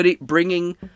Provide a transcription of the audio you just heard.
bringing